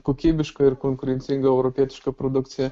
kokybišką ir konkurencingą europietišką produkciją